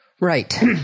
Right